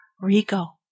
Rico